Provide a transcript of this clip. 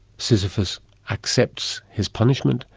sisyphus accepts his punishment,